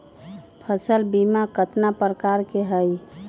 फसल बीमा कतना प्रकार के हई?